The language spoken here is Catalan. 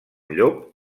llop